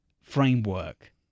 framework